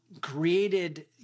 created